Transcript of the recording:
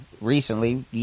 recently